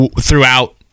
throughout